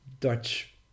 Dutch